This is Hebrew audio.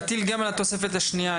להטיל גם על התוספת השנייה.